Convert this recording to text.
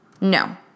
No